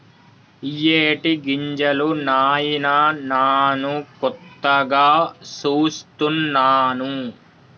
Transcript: ఇయ్యేటి గింజలు నాయిన నాను కొత్తగా సూస్తున్నాను